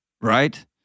right